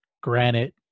granite